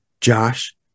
Josh